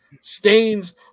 stains